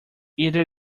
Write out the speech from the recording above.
either